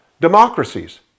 democracies